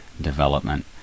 development